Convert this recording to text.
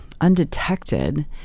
undetected